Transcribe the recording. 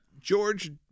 George –